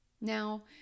Now